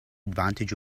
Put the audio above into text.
advantage